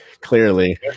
clearly